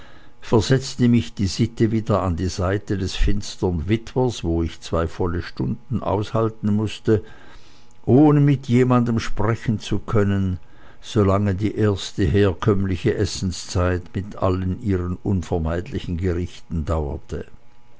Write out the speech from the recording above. versetzte mich die sitte wieder an die seite des finstern witwers wo ich zwei volle stunden aushalten mußte ohne mit jemandem sprechen zu können solange die erste herkömmliche essenszeit mit allen ihren unvermeidlichen gerichten dauerte